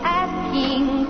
asking